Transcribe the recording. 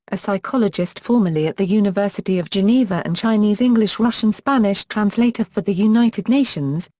a psychologist formerly at the university of geneva and chinese-english-russian-spanish translator for the united nations,